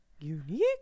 Unique